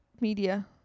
media